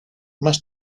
más